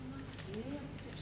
בבקשה.